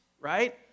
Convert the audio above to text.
right